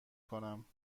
کنم